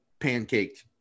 pancaked